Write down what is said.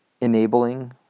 enabling